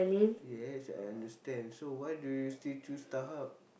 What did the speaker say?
yes I understand so why do you still choose StarHub